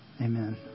Amen